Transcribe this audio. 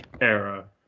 era